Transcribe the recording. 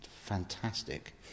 fantastic